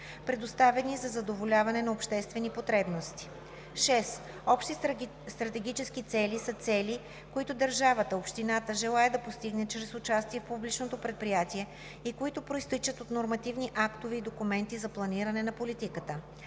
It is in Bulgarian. предоставени за задоволяване на обществени потребности. 6. „Общи стратегически цели“ са цели, които държавата/общината желае да постигне чрез участие в публичното предприятие и които произтичат от нормативни актове и документи за планиране на политиката.